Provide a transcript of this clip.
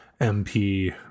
MP